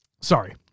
Sorry